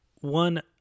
One